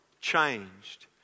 changed